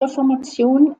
reformation